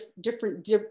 different